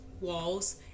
walls